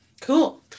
Cool